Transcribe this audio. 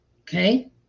Okay